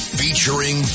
featuring